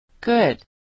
Good